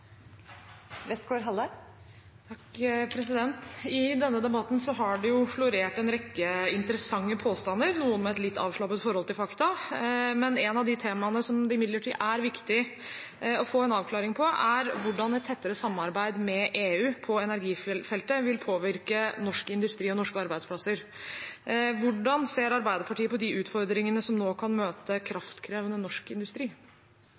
I denne debatten har det florert en rekke interessante påstander, noen med et litt avslappet forhold til fakta. Et av de temaene som det imidlertid er viktig å få en avklaring på, er hvordan et tettere samarbeid med EU på energifeltet vil påvirke norsk industri og norske arbeidsplasser. Hvordan ser Arbeiderpartiet på de utfordringene som nå kan møte kraftkrevende norsk industri?